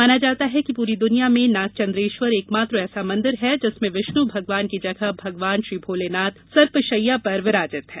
माना जाता है कि पूरी दुनिया में नागचन्द्रेश्वर एक मात्र ऐसा मंदिर है जिसमें विष्णु भगवान की जगह भगवान श्री भोलेनाथ सर्पशैया पर विराजित है